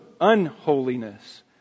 unholiness